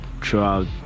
throughout